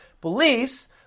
beliefs